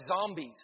zombies